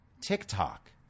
TikTok